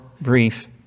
brief